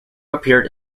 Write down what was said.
appeared